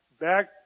back